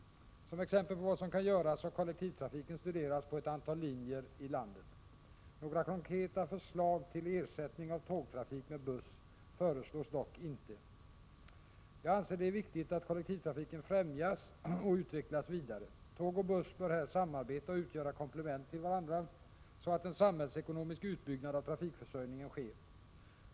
Som exempel på vad som kan göras har kollektivtrafiken studerats på ett antal linjer i landet. Några konkreta förslag till ersättning av tågtrafik med buss föreslås dock inte. Jag anser att det är viktigt att kollektivtrafiken främjas och utvecklas vidare. Tåg och buss bör här samarbeta och utgöra komplement till varandra så att en samhällsekonomisk utbyggnad av trafikförsörjningen sker.